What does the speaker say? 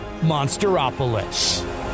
Monsteropolis